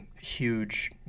huge